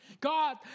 God